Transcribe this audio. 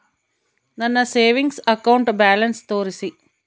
ನನ್ನ savings account balance ತೋರಿಸಿ?